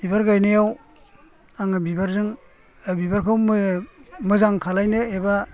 बिबार गायनायाव आङो बिबारजों बिबारखौ मोजां खालामनो एबा